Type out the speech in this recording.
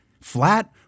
flat